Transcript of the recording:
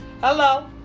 Hello